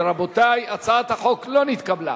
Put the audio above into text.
רבותי, הצעת החוק לא נתקבלה.